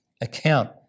account